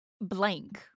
blank